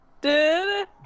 Dude